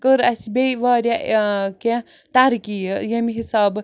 کٔر اسہِ بیٚیہِ واریاہ ٲں کیٚنٛہہ ترقی ٲں ییٚمہِ حسابہٕ